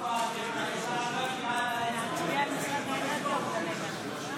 בדבר הפחתת תקציב לא נתקבלו.